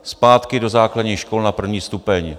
Zpátky do základních škol na první stupeň!